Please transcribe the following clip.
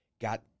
got